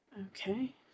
Okay